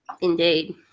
Indeed